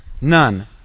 None